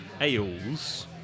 ales